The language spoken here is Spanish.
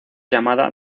llamada